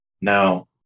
Now